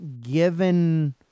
given